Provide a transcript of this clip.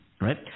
Right